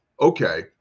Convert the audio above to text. Okay